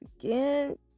begin